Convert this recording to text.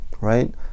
right